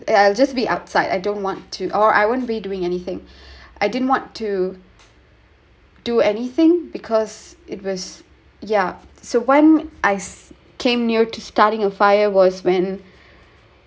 and I will just be outside I don't want to or I wouldn't be doing anything I didn't want to do anything because it was yeah so when I came near to starting a fire was when